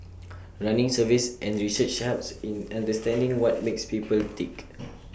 running surveys and research helps in understanding what makes people tick